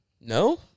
No